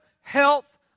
health